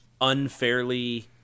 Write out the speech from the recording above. unfairly